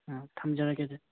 ꯑꯥ ꯊꯝꯖꯔꯒꯦ ꯑꯗꯨꯗꯤ